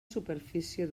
superfície